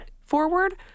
forward